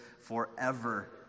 forever